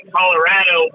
Colorado